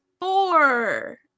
four